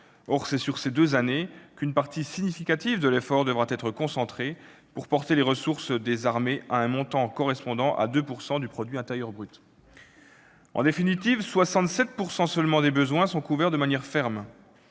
Or c'est sur ces deux années qu'une partie significative de l'effort devra être concentrée pour porter les ressources des armées à un montant correspondant à 2 % du produit intérieur brut. En définitive, 67 % seulement des besoins sont couverts de manière ferme.